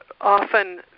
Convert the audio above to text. often